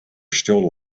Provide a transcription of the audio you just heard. still